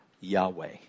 Yahweh